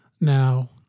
Now